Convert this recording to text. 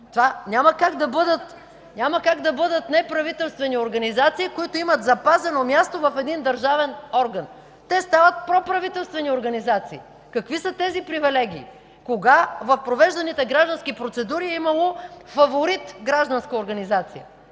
Няма как това да бъдат неправителствени организации, които имат запазено място в един държавен орган. Те стават проправителствени организации. Какви са тези привилегии?! Кога в провежданите граждански процедури е имало фаворит гражданска организация?!